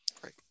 Great